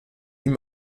ihm